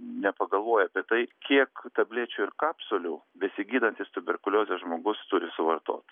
nepagalvoja apie tai kiek tablečių ir kapsulių besigydantis tuberkuliozę žmogus turi suvartot